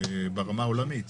ברמה העולמית.